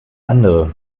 andere